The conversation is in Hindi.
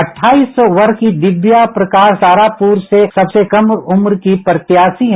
अट्टाइस वर्ष की दिव्या प्रकाश तारापुर से सबसे कम उम्र की प्रत्याशी हैं